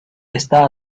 está